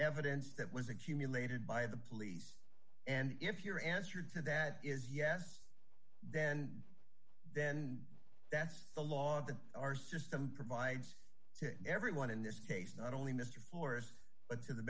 evidence that was accumulated by the police and if your answer to that is yes then then that's the law of the our system provides to everyone in this case not only mr floors but in the